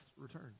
return